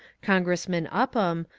congressman upham,